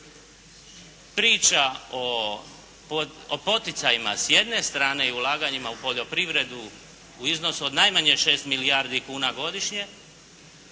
Priča o poticajima s jedne strane i ulaganjima u poljoprivredu u iznosu od najmanje 6 milijardi kuna godišnje